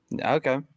Okay